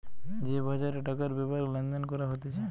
যে বাজারে টাকার ব্যাপারে লেনদেন করা হতিছে